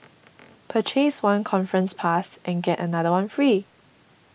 purchase one conference pass and get another one free